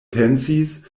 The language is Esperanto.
pensis